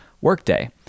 workday